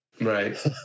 Right